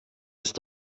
ist